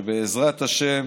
שבעזרת השם